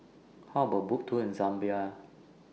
How about A Boat Tour in Zambia